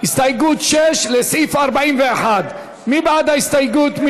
הסתייגות 6, לסעיף 41. מי בעד ההסתייגות?